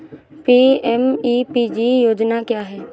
PMEPG योजना क्या है?